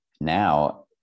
Now